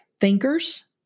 thinkers